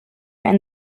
and